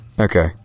Okay